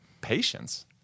patience